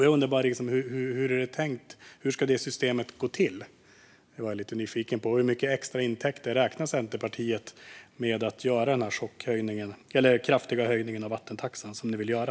Jag undrar bara hur det är tänkt. Hur ska det systemet vara? Det är jag lite nyfiken på. Hur mycket extra intäkter räknar ni i Centerpartiet med att man ska få med den kraftiga höjning av vattentaxan som ni vill göra?